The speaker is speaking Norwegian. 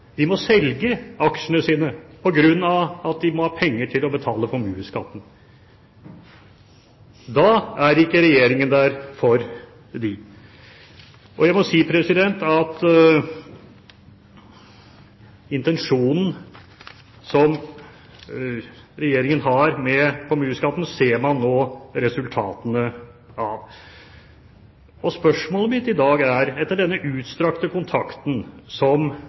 selge aksjene sine på grunn av at de må ha penger til å betale formuesskatt. Da er ikke Regjeringen der for dem. Jeg må si at intensjonen Regjeringen har med formuesskatten, ser man nå resultatene av. Spørsmålet mitt i dag er: Etter denne utstrakte kontakten som